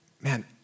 man